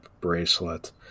bracelet